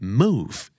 move